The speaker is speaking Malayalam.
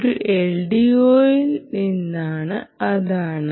ഒരു LDOയുടെ ഗെയിൻ അതാണ്